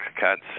cuts